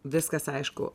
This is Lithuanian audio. viskas aišku